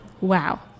wow